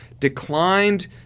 declined